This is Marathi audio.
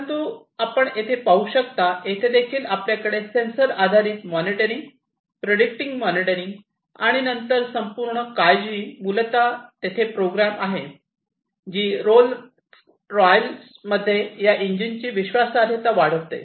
परंतु आपण येथे पाहू शकता येथे देखील आपल्याकडे सेन्सर आधारित मॉनिटरींग प्रिडीटिंग मॉनिटरींग नंतर संपूर्ण काळजी मूलतः तेथे प्रोग्राम आहे जी रोल्स रॉयसमध्ये या इंजिनची विश्वासार्हता वाढवते